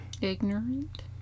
ignorant